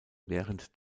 während